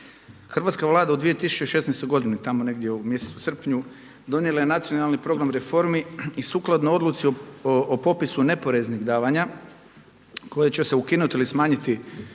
Hrvatska Vlada u 2016. godini, tamo negdje u mjesecu srpnju, donijela je Nacionalni program reformi i sukladno odluci o popisu neporeznih davanja koje će se ukinuti ili smanjiti